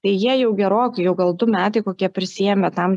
tai jie jau gerokai jau gal du metai kokie prisiėmė tam